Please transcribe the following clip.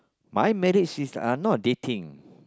my marriage is uh not dating